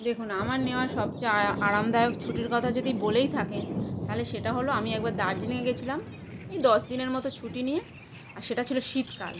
দেখুন আমার নেওয়া সব চেয়ে আরামদায়ক ছুটির কথা যদি বলেই থাকেন তাহলে সেটা হল আমি একবার দার্জিলিঙে গিয়েছিলাম এই দশ দিনের মতো ছুটি নিয়ে আর সেটা ছিল শীতকাল